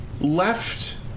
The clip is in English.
left